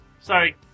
sorry